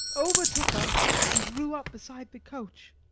overtook us, and drew up beside the coach.